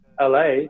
la